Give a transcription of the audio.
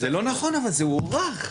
זה לא נכון אבל, זה הוארך.